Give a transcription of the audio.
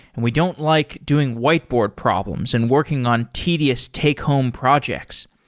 and we don't like doing whiteboard problems and working on tedious take home projects.